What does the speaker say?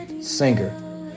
singer